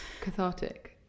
cathartic